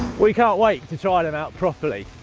we can't wait to try them out properly,